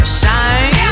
shine